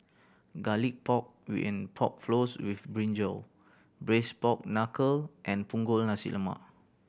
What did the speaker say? Garlic Pork and Pork Floss with brinjal Braised Pork Knuckle and Punggol Nasi Lemak